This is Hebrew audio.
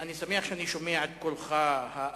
אני שמח שאני שומע את קולך האחר